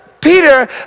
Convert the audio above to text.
Peter